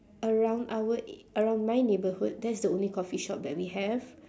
around our e~ around my neighbourhood that is the only coffee shop that we have